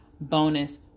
bonus